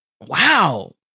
Wow